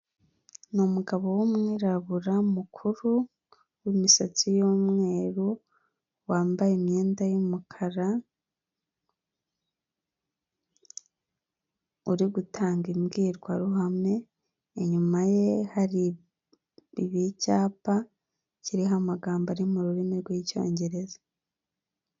N'umugabo w'umwirabura mukuru w'imisatsi y'umweru yambaye imyenda y'umukara, uritanga imbwirwaruhame inyuma ye hari icyapa hiriho amagambo ari mu rurimi rw'icyongereza.